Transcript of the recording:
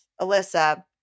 Alyssa